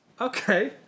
Okay